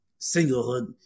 singlehood